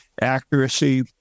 accuracy